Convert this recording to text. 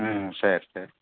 ம் சரி சரி